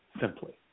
simply